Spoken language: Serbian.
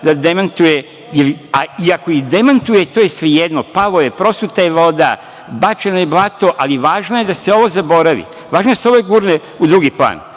da demantuje i ako ih demantuje, to je svejedno, palo je, prosuta je voda, bačeno je blato, ali važno je da se ovo zaboravi. Važno je da se ovo gurne u drugi plan. Da